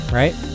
right